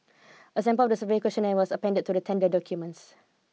a sample of the survey questionnaire was appended to the tender documents